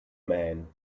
man